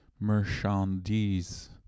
Merchandise